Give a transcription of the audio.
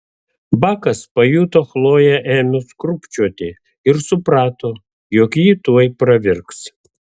bakas pajuto chloję ėmus krūpčioti ir suprato jog ji tuoj pravirks